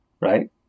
Right